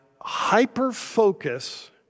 hyper-focus